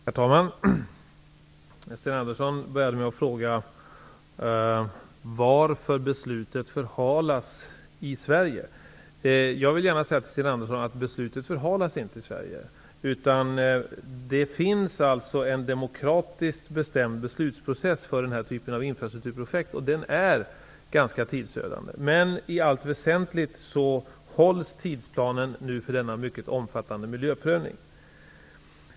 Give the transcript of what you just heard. Herr talman! Sten Andersson i Malmö började med att fråga varför beslutet förhalas i Sverige. Jag vill gärna säga till honom att beslutet inte förhalas i Sverige. Det finns en demokratiskt bestämd beslutsprocess för denna typ av infrastrukturprojekt. Den är ganska tidsödande till sin natur, men i allt väsentligt hålls tidsplanen för denna mycket omfattande miljöprövning.